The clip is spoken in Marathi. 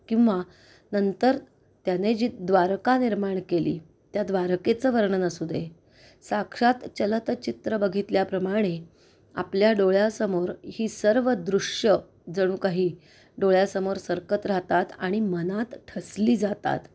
किंवा नंतर त्याने जी द्वारका निर्माण केली त्या द्वारकेचं वर्णन असू दे साक्षात चलत चित्र बघितल्याप्रमाणे आपल्या डोळ्यासमोर ही सर्व दृश्यं जणू काही डोळ्यासमोर सरकत राहतात आणि मनात ठसली जातात